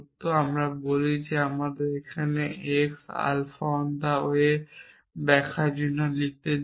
তাই আমরা বলি তাই আমাকে এখানে x alpha on the way ব্যাখ্যার জন্য লিখতে দিন